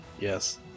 Yes